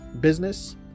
business